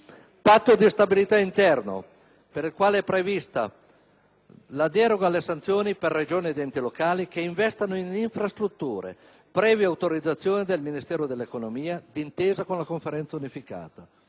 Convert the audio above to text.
patto di stabilità interno, per il quale è prevista la deroga alle sanzioni per Regioni ed enti locali che investano in infrastrutture, previa autorizzazione del Ministero dell'economia e delle finanze, d'intesa con la Conferenza unificata.